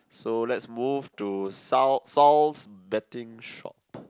so let's move to south south betting shop